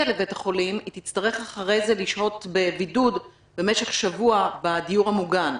לבית החולים היא תצטרך אחרי זה לשהות בבידוד במשך שבוע בדיור המוגן.